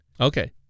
Okay